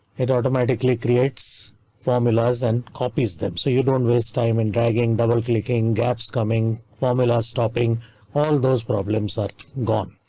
it automatically creates formulas and copies them so you don't waste time in dragging double clicking gaps, coming, formula, stopping all those problems are gone.